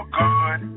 good